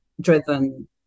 driven